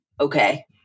okay